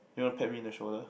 you want pat me in the shoulder